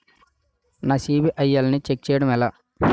నా సిబిఐఎల్ ని ఛెక్ చేయడం ఎలా?